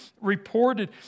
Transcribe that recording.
reported